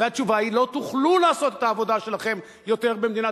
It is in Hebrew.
והתשובה היא: לא תוכלו לעשות את העבודה שלכם יותר במדינת